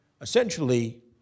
essentially